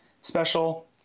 special